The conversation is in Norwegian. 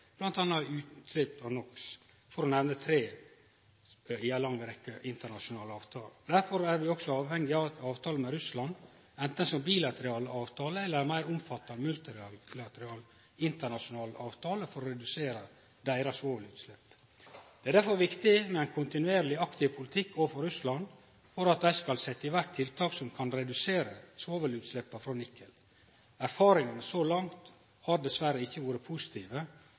for å nemne tre i ei lang rekkje internasjonale avtaler. Derfor er vi også avhengige av ei avtale med Russland, anten ei bilateral avtale eller ei meir omfattande multilateral internasjonal avtale, for å redusere deira svovelutslepp. Det er viktig med ein kontinuerleg, aktiv politikk overfor Russland for at dei skal setje i verk tiltak som kan redusere svovelutsleppa frå Nikel. Erfaringane så langt har dessverre ikkje vore positive,